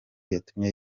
yatumye